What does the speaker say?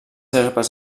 herbes